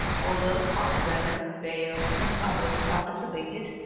although kalkbrenner, baillot and others participated,